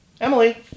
Emily